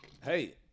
Hey